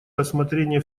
рассмотрение